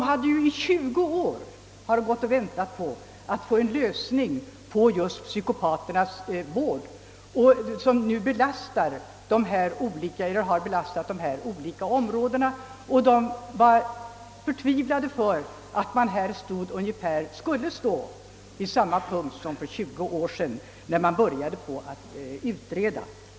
Man hade i 20 år väntat på en lösning av de problem i fråga om psykopatvården som belastat dessa vårdområden, och när meddelandena om nedläggning av Karsuddens sjukhus kom blev man förtvivlad över att man skulle stå vid samma punkt som för 20 år sedan, då frågan började utredas.